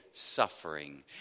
Suffering